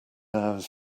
hours